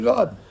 God